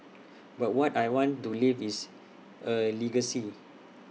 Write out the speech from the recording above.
but what I want to leave is A legacy